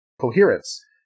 coherence